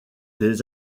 des